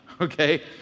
Okay